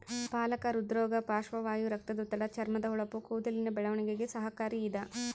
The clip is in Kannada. ಪಾಲಕ ಹೃದ್ರೋಗ ಪಾರ್ಶ್ವವಾಯು ರಕ್ತದೊತ್ತಡ ಚರ್ಮದ ಹೊಳಪು ಕೂದಲಿನ ಬೆಳವಣಿಗೆಗೆ ಸಹಕಾರಿ ಇದ